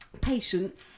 Patient